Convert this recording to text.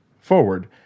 forward